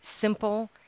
simple